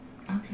Okay